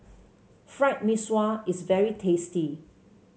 Fried Mee Sua is very tasty